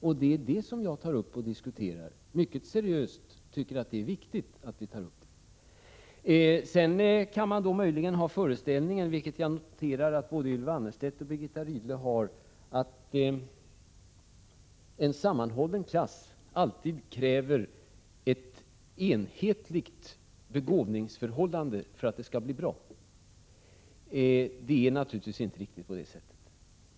Just detta tar jag upp och diskuterar mycket seriöst. Jag tycker det är viktigt. Man kan möjligen ha den föreställningen, vilket jag noterar att både Ylva Annerstedt och Birgitta Rydle har, att en sammanhållen klass alltid kräver ett enhetligt begåvningsförhållande för att det skall bli bra. Det är naturligtvis inte riktigt på det sättet.